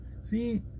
See